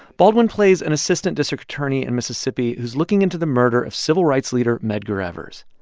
baldwin plays an assistant district attorney in mississippi who's looking into the murder of civil rights leader medgar evers.